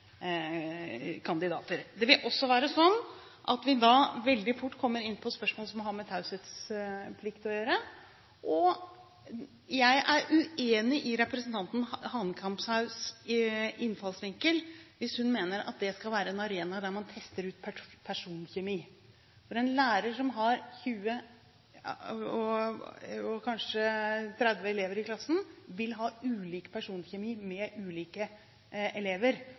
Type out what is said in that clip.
kandidater. Det vil også være sånn at vi da veldig fort kommer inn på spørsmål som har med taushetsplikt å gjøre. Jeg er uenig i representanten Hanekamhaugs innfallsvinkel hvis hun mener det skal være en arena der man tester ut personkjemi, for en lærer som har 20, og kanskje 30, elever i klassen, vil ha ulik personkjemi med ulike elever.